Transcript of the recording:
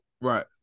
Right